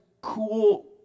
cool